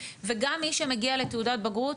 וגם מי שמגיע לתעודת בגרות,